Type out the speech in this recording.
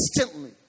instantly